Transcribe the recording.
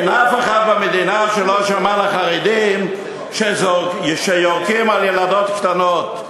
אין אף אחד במדינה שלא שמע על החרדים שיורקים על ילדות קטנות.